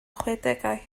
chwedegau